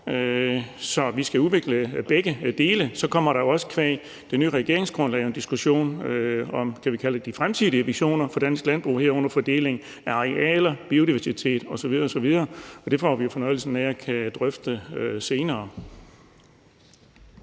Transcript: så vi skal udvikle begge dele. Så kommer der jo også qua det nye regeringsgrundlag en diskussion om, vi kan kalde det de fremtidige visioner for dansk landbrug, herunder fordelingen af arealer, biodiversitet osv. osv., og det får vi jo fornøjelsen af at kunne drøfte senere.